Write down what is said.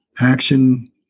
Action